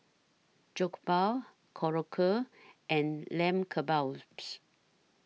Jokbal Korokke and Lamb Kebabs